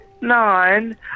Nine